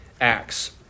Acts